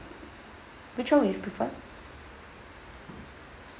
which one would you prefer